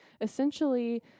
essentially